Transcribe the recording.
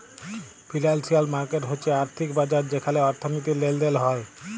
financial market হচ্যে আর্থিক বাজার যেখালে অর্থনীতির লেলদেল হ্য়েয়